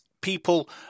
people